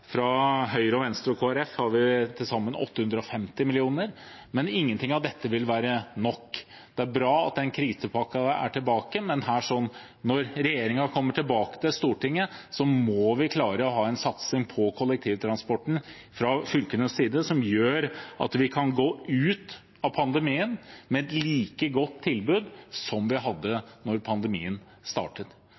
Fra Høyre, Venstre og Kristelig Folkeparti har vi til sammen 850 mill. kr. Men ingenting av dette vil være nok. Det er bra at den krisepakken er tilbake, men når regjeringen kommer tilbake til Stortinget, må vi klare å ha en satsing på kollektivtransporten fra fylkenes side som gjør at vi kan gå ut av pandemien med et like godt tilbud som vi hadde da pandemien startet.